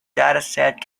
dataset